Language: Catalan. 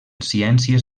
ciències